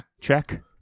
Check